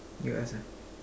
you ask ah